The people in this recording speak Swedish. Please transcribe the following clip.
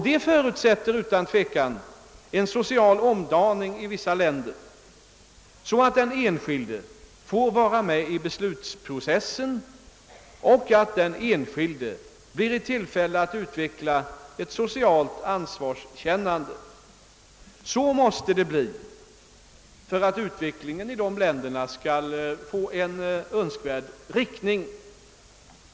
Detta förutsätter utan tvivel också en social omdaning i vissa länder, så att den enskilde får vara med i beslutsprocessen och blir i tillfälle att utveckla ett socialt ansvarskännande. Detta är nödvändigt för att utvecklingen i dessa länder skall få en önskvärd riktning.